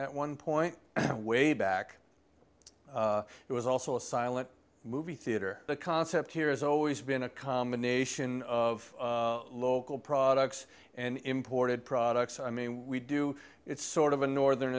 at one point way back it was also a silent movie theater the concept here is always been a combination of local products and imported products i mean we do it's sort of a northern